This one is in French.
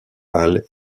alle